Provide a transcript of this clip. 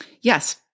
yes